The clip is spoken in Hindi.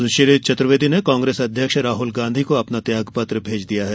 सुश्री चतुर्वेदी ने कांग्रेस अध्यक्ष राहुल गांधी को अपना त्यागपत्र भेज दिया है